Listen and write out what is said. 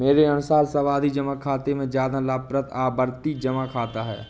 मेरे अनुसार सावधि जमा खाते से ज्यादा लाभप्रद आवर्ती जमा खाता है